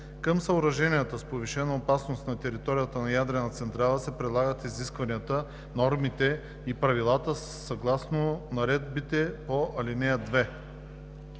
Към съоръженията с повишена опасност на територията на ядрена централа се прилагат изискванията, нормите и правилата съгласно наредбите по ал. 2.“